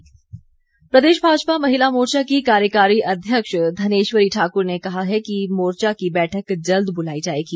महिला मोर्चा प्रदेश भाजपा महिला मोर्चा की कार्यकारी अध्यक्ष धनेश्वरी ठाकुर ने कहा है कि मोर्चा की बैठक जल्द बुलाई जाएगी